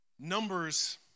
Numbers